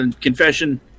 confession